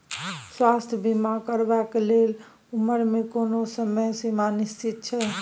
स्वास्थ्य बीमा करेवाक के लेल उमर के कोनो समय सीमा निश्चित छै?